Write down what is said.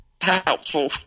helpful